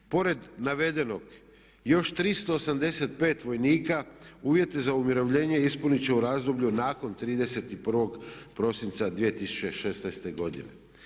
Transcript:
Pored navedenog, još 385 vojnika uvjete za umirovljenje ispunit će u razdoblju nakon 31. prosinca 2016. godine.